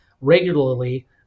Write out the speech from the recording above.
regularly